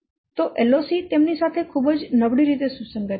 તો LOC તેમની સાથે ખૂબ જ નબળી રીતે સુસંગત છે